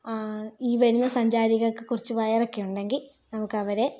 ഈ വരുന്ന സഞ്ചാരികൾക്ക് കുറച്ച് വയറൊക്കെ ഉണ്ടെങ്കിൽ നമുക്ക് അവരെ